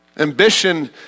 Ambition